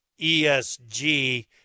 ESG